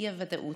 אי-ודאות,